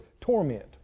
torment